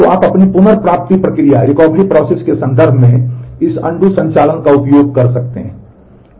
तो आप अपनी पुनर्प्राप्ति प्रक्रिया संचालन का उपयोग कर सकते हैं